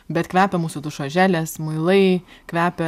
bet kvepia mūsų dušo želės muilai kvepia